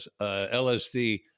LSD